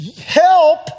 Help